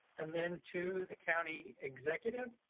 and then to the county executive,